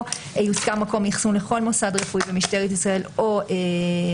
יושכר מקום אחסון לכל מוסד רפואי במשטרת ישראל או במוסד